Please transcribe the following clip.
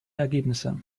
ergebnisse